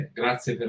grazie